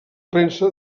premsa